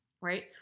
right